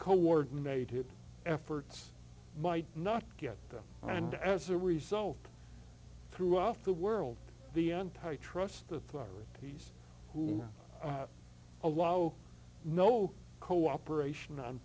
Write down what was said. coordinated efforts might not get them and as a result throughout the world the antitrust authorities who are allowed no cooperation on